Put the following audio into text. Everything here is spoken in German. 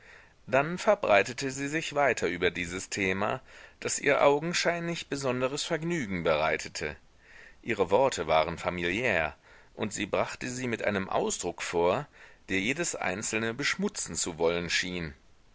dann verbreitete sie sich weiter über dieses thema das ihr augenscheinlich besonderes vergnügen bereitete ihre worte waren familiär und sie brachte sie mit einem ausdruck vor der jedes einzelne beschmutzen zu wollen schien